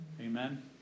Amen